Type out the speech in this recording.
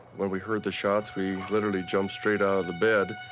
when we heard the shots, we literally jumped straight out the bed,